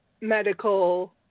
medical